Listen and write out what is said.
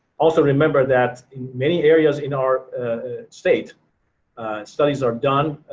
also remember that in many areas in our state studies are done,